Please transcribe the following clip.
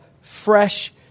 fresh